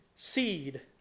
Seed